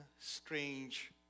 strange